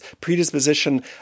predisposition